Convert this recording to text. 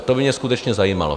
To by mě skutečně zajímalo.